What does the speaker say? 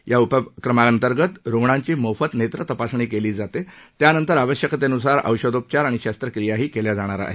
या उपक्रमांतर्गत रुग्णांची मोफत नेत्र तपासणी केली जात त्यानंतर आवश्यकतेनुसार औषधोपचार आणि शस्त्रक्रियाही केल्या जाणार आहेत